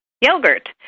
yogurt